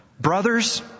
Brothers